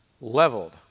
Leveled